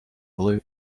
loot